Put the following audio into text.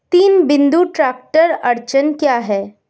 तीन बिंदु ट्रैक्टर अड़चन क्या है?